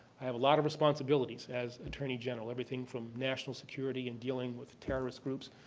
i have a lot of responsibilities as attorney general, everything from national security and dealing with terrorists groups.